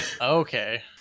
okay